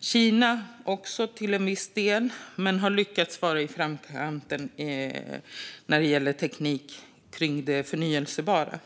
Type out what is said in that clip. Det gäller också Kina till viss del, men de har lyckats vara i framkant när det gäller teknik för det förnybara.